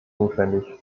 notwendig